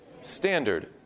Standard